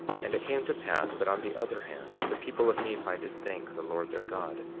and it came to pass, that on the other hand, the people of nephi did thank the lord their god,